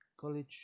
college